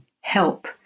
help